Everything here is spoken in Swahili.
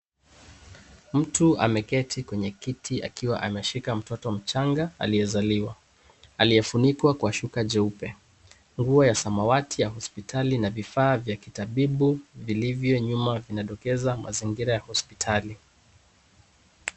Mtu ameketi kwenye kiti akiwa anashika mtoto mchanga aliyezaliwa, aliyefunikwa kwa shuka jeupe. Nguo ya samawati ya hospitali na vifaa vya kitabibu vilivyo nyuma vinadokeza mazingira ya hospitali.